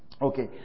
Okay